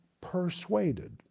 persuaded